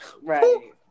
right